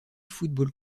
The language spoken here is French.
football